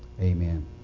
Amen